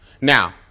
Now